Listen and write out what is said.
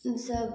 ई सब